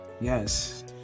Yes